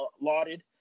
lauded